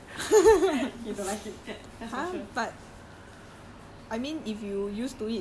I don't know I never ask also cause he don't want tell me he don't like it that's for sure